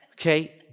Okay